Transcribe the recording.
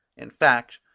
in fact,